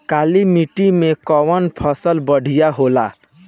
काली माटी मै कवन फसल बढ़िया होला?